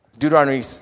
Deuteronomy